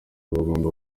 bagomba